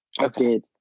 Okay